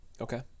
Okay